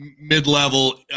mid-level